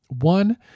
one